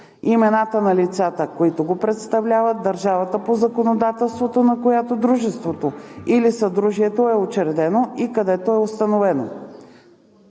имената на лицата, които го представляват, държавата по законодателството на която дружеството или съдружието е учредено и където е установено;